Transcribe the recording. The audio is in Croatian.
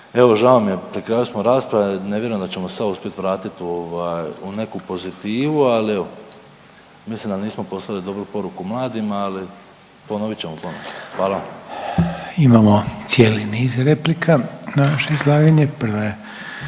evo žao mi je, pri kraju smo rasprave, ne vjerujem da ćemo se sad uspjeti vratiti u ovaj, u neku pozitivu, ali evo, mislim da nismo poslali dobru poruku mladima, ali ponovit ćemo ponovo. Hvala vam. **Reiner, Željko (HDZ)** Imamo cijeli niz replika na vaše izlaganje. Prva je